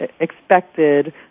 expected